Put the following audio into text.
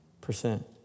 percent